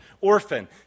orphan